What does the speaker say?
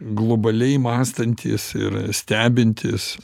globaliai mąstantys ir stebintys